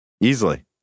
Easily